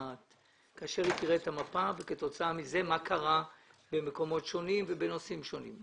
הדעת על מה קרה במקומות שונים, בנושאים שונים.